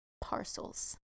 parcels